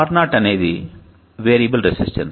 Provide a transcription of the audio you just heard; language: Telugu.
R0 అనేది వేరియబుల్ రెసిస్టెన్స్